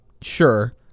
sure